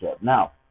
Now